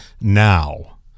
now